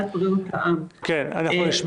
אדוני היושב-ראש,